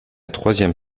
troisième